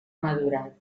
madurat